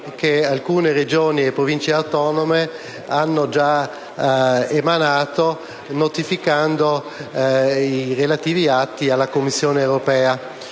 che alcune Regioni e Province autonome hanno gia emanato notificando i relativi atti alla Commissione europea.